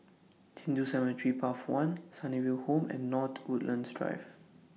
Hindu Cemetery Path one Sunnyville Home and North Woodlands Drive